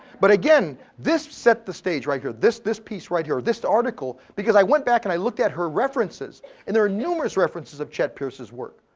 but again, this set the stage, right here, this this piece right here, this article. because i went back and i looked at her references and there are numerous references of chet pierce's work.